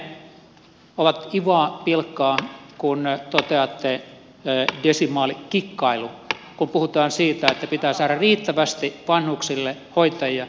puheenne ovat ivaa pilkkaa kun puhutte desimaalikikkailusta kun puhutaan siitä että pitää saada riittävästi vanhuksille hoitajia